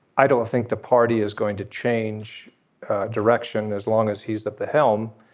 i don't think the party is going to change direction as long as he's at the helm.